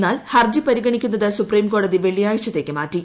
എന്നാൽ ഹർജി പരിഗണിക്കുന്നത് സുപ്രീം കോടതി വെള്ളിയാഴ്ചത്തേക്ക് മാറ്റി